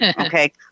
Okay